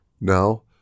Now